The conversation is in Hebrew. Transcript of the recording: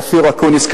אופיר אקוניס,